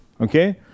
okay